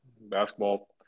Basketball